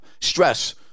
stress